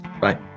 Bye